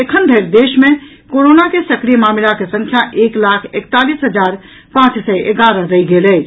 एखन धरि देश मे कोरोना के सक्रिय मामिलाक संख्या एक लाख एकतालीस हजार पांच सय एगारह रहि गेल अछि